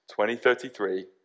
2033